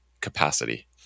capacity